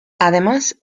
además